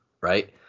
right